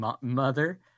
Mother